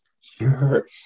Sure